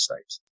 States